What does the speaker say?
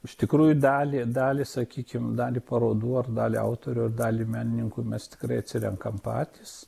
iš tikrųjų dalį dalį sakykim dalį parodų ar dalį autorių ar dalį menininkų mes tikrai atsirenkam patys